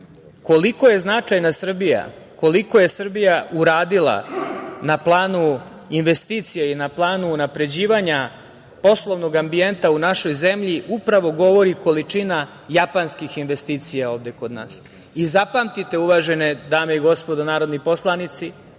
koliko je značajna Srbija, koliko je Srbija uradila na planu investicije i na planu unapređivanja poslovnog ambijenta u našoj zemlji upravo govori količina japanskih investicija ovde kod nas. Zapamtite, uvažene dame i gospodo narodni poslanici,